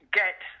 get